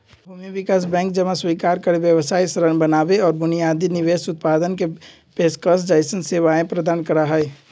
भूमि विकास बैंक जमा स्वीकार करे, व्यवसाय ऋण बनावे और बुनियादी निवेश उत्पादन के पेशकश जैसन सेवाएं प्रदान करा हई